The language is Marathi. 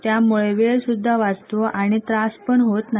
त्यामुळे वेळ पण वाचतो आणि त्रास पण होत नाही